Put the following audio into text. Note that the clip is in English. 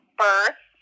birth